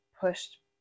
pushed